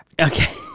okay